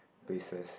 bases